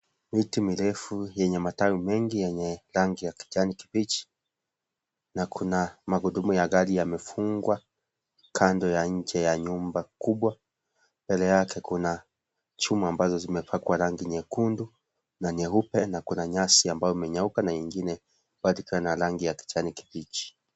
Miti mirefu yenye matawi mengi yenye rangi ya kijani kibichi. Na kuna magurudumu ya gari yamefungwa kando ya nje ya nyumba kubwa mbele yake kuna chuma ambazo zimepakwa rangi nyekundu na nyeupe, na kuna nyasi ambayo imenyauka na ingine bado ikiwa na rangi kijani kibichi.